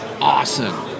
Awesome